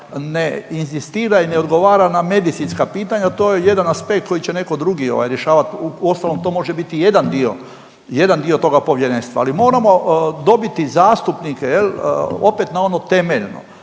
ne inzistira i ne odgovara na medicinska pitanja. To je jedan aspekt koji će netko drugi rješavati. Uostalom to može biti jedan dio toga povjerenstva, ali moramo dobiti zastupnike jel' opet na ono temeljno.